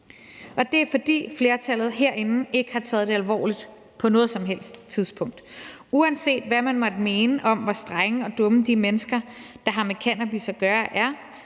Det er, fordi flertallet herinde ikke har taget det alvorligt på noget som helst tidspunkt. Uanset hvad man måtte mene om, hvor strenge og dumme de mennesker, der har med cannabis at gøre, er,